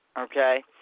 Okay